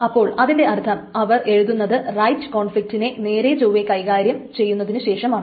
അപ്പോൾ അതിനർത്ഥം അവർ എഴുതുന്നത് റൈറ്റ് കോൺഫ്ലിക്റ്റിനെ നേരെചൊവ്വേ കൈകാര്യം ചെയ്യുന്നതിനുശേഷമാണ്